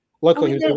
luckily